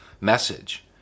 message